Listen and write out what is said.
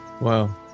wow